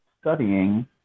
studying